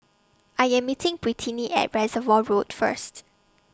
I Am meeting Brittni At Reservoir Road First